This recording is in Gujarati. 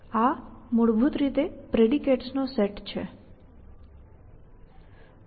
આ મૂળભૂત રીતે પ્રેડિકેટ્સ નો સેટ છે